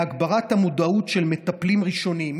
תוכנית להגברת המודעות של מטפלים ראשוניים.